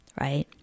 right